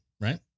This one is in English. right